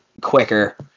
quicker